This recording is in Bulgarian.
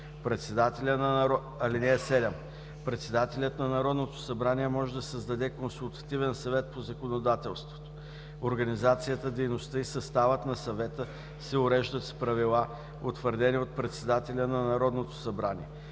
Председателят на Народното събрание може да създаде Консултативен съвет по законодателството. Организацията, дейността и съставът на съвета се уреждат с правила, утвърдени от председателя на Народното събрание.